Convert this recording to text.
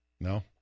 No